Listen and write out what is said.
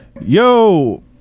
yo